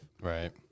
Right